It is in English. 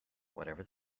whatever